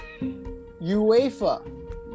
UEFA